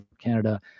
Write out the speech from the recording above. Canada